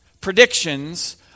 predictions